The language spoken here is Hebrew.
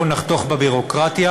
בואו נחתוך בביורוקרטיה,